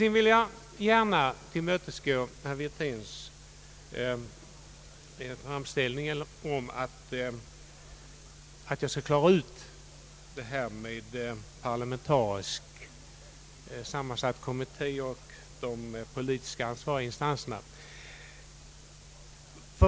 Sedan vill jag gärna tillmötesgå herr Wirténs framställning och klara ut detta med parlamentariskt sammansatt kommitté och de politiskt ansvariga instanserna.